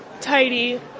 tidy